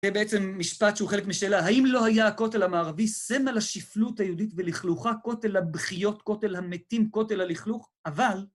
זה בעצם משפט שהוא חלק משאלה האם לא היה הכותל המערבי סמל השפלות היהודית ולכלוכה, כותל הבכיות, כותל המתים, כותל הלכלוך, אבל...